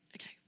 Okay